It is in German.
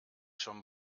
schon